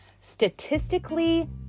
statistically